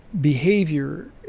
behavior